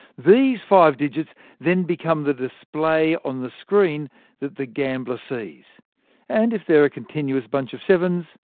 these five digits then become the display on the screen that the gambler sees and if they're a continuous bunch of sevens,